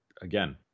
again